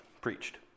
preached